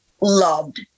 loved